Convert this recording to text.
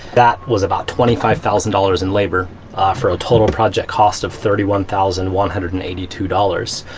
that was about twenty five thousand dollars in labor for a total project cost of thirty one thousand one hundred and eighty two dollars.